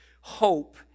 hope